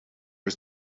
his